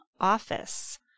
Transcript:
office